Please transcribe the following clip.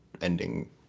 ending